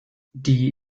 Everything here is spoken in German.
die